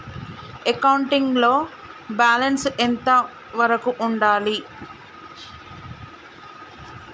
Accounting లో balance ఎంత వరకు ఉండాలి?